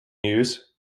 use